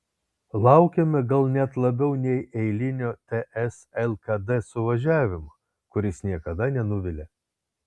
laukėme gal net labiau nei eilinio ts lkd suvažiavimo kuris niekada nenuvilia